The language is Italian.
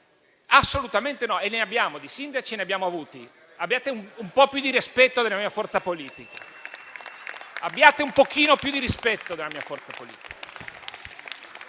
assolutamente no. Ne abbiamo di sindaci e ne abbiamo avuti. Abbiate un po' più di rispetto della mia forza politica, abbiate un pochino più di rispetto della mia forza politica.